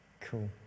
Cool